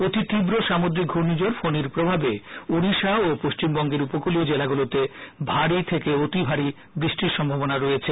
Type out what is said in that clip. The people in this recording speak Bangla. অতি তীব্র সামুদ্রিক ঘুর্ণিঝড ফনি র প্রভাবে ওডিশা ও পশ্চিমবঙ্গের উপকূলীয় জেলাগুলিতে ভারী থেকে অতি ভারী বৃষ্টির সম্ভাবনা রয়েছে